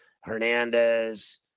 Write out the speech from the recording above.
Hernandez